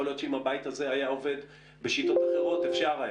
יכול להיות שאם הבית הזה היה עובד בשיטות אחרות היה אפשר.